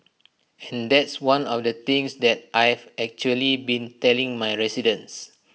and that's one of the things that I have actually been telling my residents